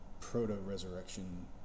proto-resurrection